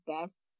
best